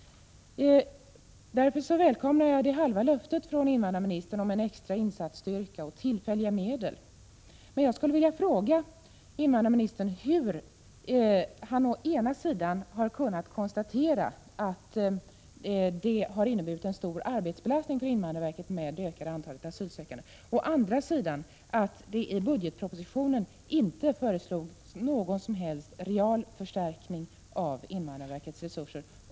Därför välkomnar jag det halva löftet från invandrarministern om en extra insatsstyrka och tillfälliga medel. Men jag skulle vilja fråga invandrarministern hur han å ena sidan har kunnat konstatera att det har inneburit en stor arbetsbelastning för invandrarverket med det ökade antalet asylsökande, å andra sidan i budgetpropositionen inte föreslog någon som helst real förstärkning av invandrarverkets resurser.